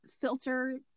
filter